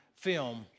film